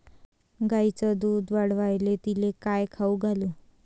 गायीचं दुध वाढवायले तिले काय खाऊ घालू?